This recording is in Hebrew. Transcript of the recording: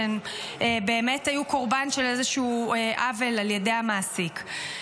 שהם באמת היו קורבן של איזשהו עוול על ידי המעסיק.